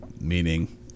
meaning